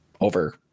over